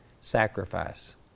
sacrifice